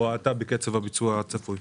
או האטה בקצב הביצוע הצפוי.